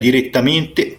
direttamente